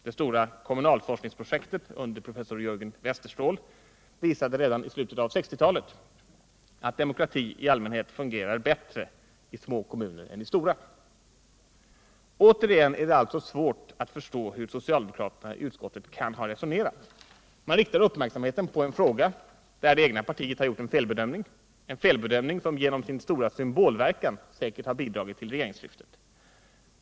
Det stora kommunalforskningsprojektet under professor Jörgen Westerståhl visade redan i slutet av 1960-talet att demokratin i allmänhet fungerar bättre i små kommuner än i stora. Återigen är det alltså svårt att förstå hur socialdemokraterna i utskottet kan ha resonerat. Man riktar uppmärksamheten på en fråga, där det egna partiet har gjort en felbedömning, en felbedömning som genom sin stora symbolverkan säkert har bidragit till regeringsskiftet.